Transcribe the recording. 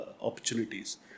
opportunities